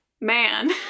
man